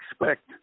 expect